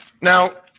Now